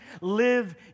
live